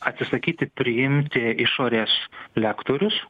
atsisakyti priimti išorės lektorius